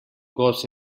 gos